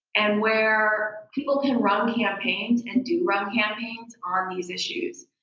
and where people can run campaigns and do run campaigns on these issues.